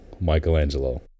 Michelangelo